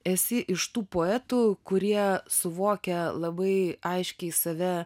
esi iš tų poetų kurie suvokia labai aiškiai save